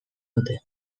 dute